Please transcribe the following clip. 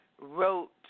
wrote